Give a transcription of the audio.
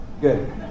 Good